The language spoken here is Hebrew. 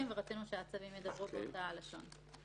מצב --- כל הנושא הזה באמת נמצא עכשיו בשלב של הסדרה.